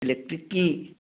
ꯏꯂꯦꯛꯇ꯭ꯔꯤꯛꯀꯤ